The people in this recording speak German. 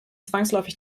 zwangsläufig